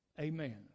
Amen